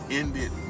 ended